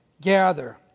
gather